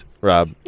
Rob